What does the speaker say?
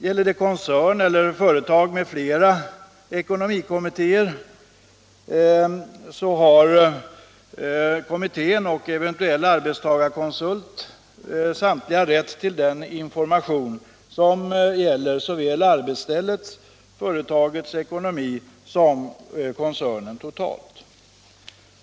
Gäller det koncern eller företag med flera ekonomikommittéer har kommittéerna och eventuell arbetstagarkonsult samtliga rätt till information som gäller såväl arbetsställets/företagets ekonomi som koncernen totalt.